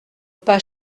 pas